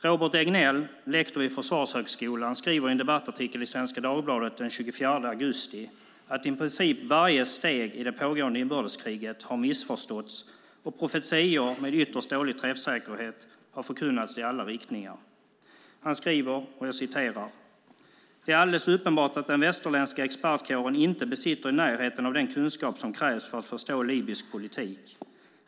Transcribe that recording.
Robert Egnell, lektor vid Försvarshögskolan, skriver i en debattartikel i Svenska Dagbladet den 24 augusti att i princip varje steg i det pågående inbördeskriget har missförståtts, och profetior med ytterst dålig träffsäkerhet har förkunnats i alla riktningar. Han skriver: "Det är alldeles uppenbart att den västerländska expertkåren inte besitter i närheten av den kunskap som krävs för att förstå libysk politik.